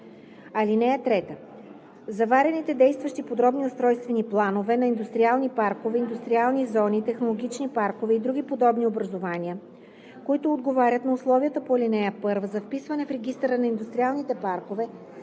(3) Заварените действащи подробни устройствени планове на индустриални паркове, индустриални зони, технологични паркове и други подобни образувания, които отговарят на условията по ал. 1 за вписване в Регистъра на индустриалните паркове,